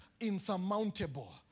insurmountable